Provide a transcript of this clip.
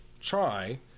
try